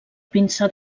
pinsà